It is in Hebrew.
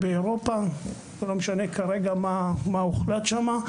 באירופה, לא משנה כרגע מה הוחלט שם.